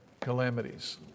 calamities